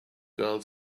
girl